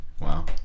wow